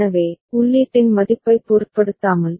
எனவே உள்ளீட்டின் மதிப்பைப் பொருட்படுத்தாமல்